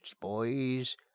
boys